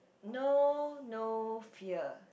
know no fear